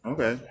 Okay